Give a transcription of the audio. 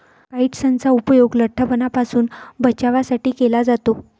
काइट्सनचा उपयोग लठ्ठपणापासून बचावासाठी केला जातो